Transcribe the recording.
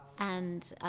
and,